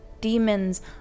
demons